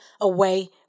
away